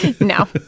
No